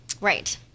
right